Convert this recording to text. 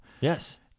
yes